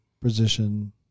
position